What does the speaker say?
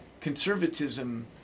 conservatism